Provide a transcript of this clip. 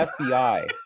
FBI